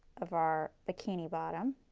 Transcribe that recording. of our bikini bottom.